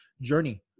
journey